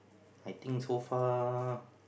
I think so far